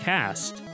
Cast